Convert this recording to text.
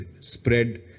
spread